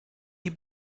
die